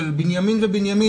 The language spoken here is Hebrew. של בנימין ובנימין,